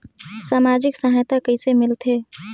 समाजिक सहायता कइसे मिलथे?